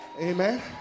Amen